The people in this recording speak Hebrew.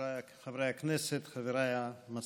חבריי חברי הכנסת, חבריי המציעים